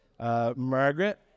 Margaret